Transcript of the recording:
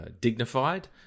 dignified